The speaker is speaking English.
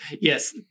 Yes